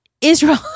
Israel